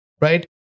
right